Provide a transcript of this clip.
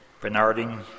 Bernarding